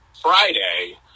Friday